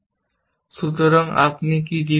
সুতরাং আপনি কি d পাবেন